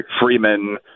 Freeman